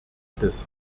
des